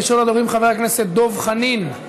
ראשון הדוברים, חבר הכנסת דב חנין.